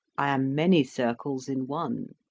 i am many circles in one.